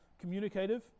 communicative